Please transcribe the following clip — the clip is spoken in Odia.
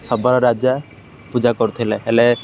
ଶବର ରାଜା ପୂଜା କରୁଥିଲେ ହେଲେ